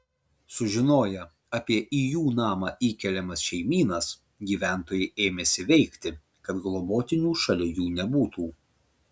sužinoję apie į jų namą įkeliamas šeimynas gyventojai ėmėsi veikti kad globotinių šalia jų nebūtų